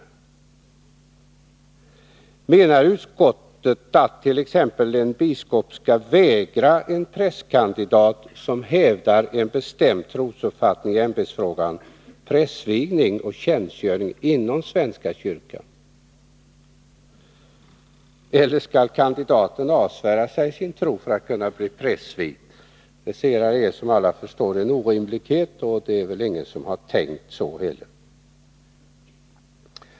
Menar utskottet att t.ex. en biskop skall vägra en prästkandidat, som hävdar en bestämd trosuppfattning i ämbetsfrågan, prästvigning och tjänstgöring inom svenska kyrkan? Eller skall kandidaten avsvära sig sin tro för att kunna bli prästvigd? Det senare är som alla förstår en orimlighet, och det är väl ingen som har tänkt så heller.